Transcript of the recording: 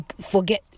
Forget